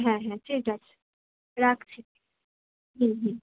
হ্যাঁ হ্যাঁ ঠিক আছে রাখছি হুম হুম